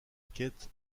quête